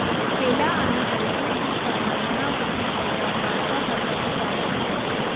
हेला आनी बैल दूधदूभताना जनावरेसनी पैदास वाढावा करता बी काम पडतंस